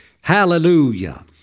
Hallelujah